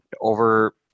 over